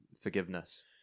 forgiveness